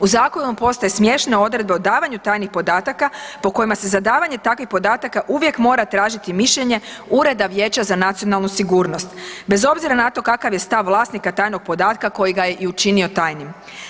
U zakonu postaje smiješne odredbe u odavanju tajnih podataka po kojima se za davanje takvih podataka uvijek mora tražiti mišljenje Ureda Vijeća za nacionalnu sigurnost, bez obzira na to kakav je stav vlasnika tajnog podatka koji ga je u učinio tajnim.